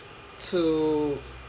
to